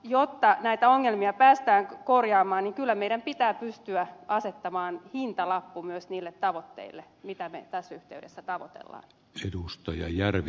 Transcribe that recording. jotta näitä ongelmia päästään korjaamaan niin kyllä meidän pitää pystyä asettamaan hintalappu myös niille tavoitteille mitä me tässä yhteydessä tavoittelemme